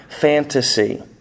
fantasy